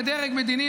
כדרג מדיני,